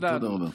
תודה רבה.